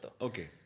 Okay